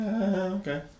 Okay